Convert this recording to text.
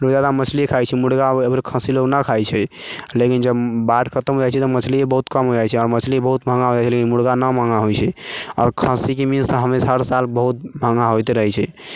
लोग जादा मछली खाइ छै मुर्गा आर खस्सी लोग नहि खाइ छै लेकिन जब बाढ़ि खतम भए जाइ छै तऽ मछली बहुत कम हो जाइ छै आओर मछली बहुत महँगा हो जाइ छै लेकिन मुर्गा नहि महँगा होइ छै आओर खस्सी के मीट तऽ हमेशा साल बहुत महँगा होइते रहै छै